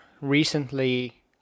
Recently